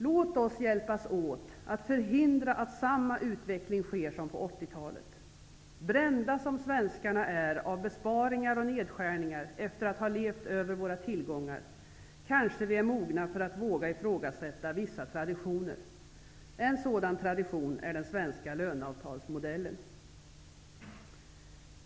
Låt oss hjälpas åt med att förhindra att vi får samma utveckling som den vi hade på 80-talet. Brända som vi svenskar är av besparingar och nedskärningar, efter att ha levt över våra tillgångar, kanske vi är mogna för att våga ifrågasätta vissa traditioner. Ett exempel på en sådan tradition är den svenska löneavtalsmodellen.